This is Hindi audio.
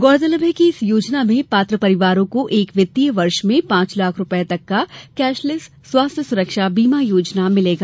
गौरतलब है कि इस योजना में पात्र परिवार को एक वित्तीय वर्ष में पांच लाख रूपये तक का कैशलेस स्वाथ्य सुरक्षा बीमा मिलेगा